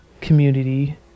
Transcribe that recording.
community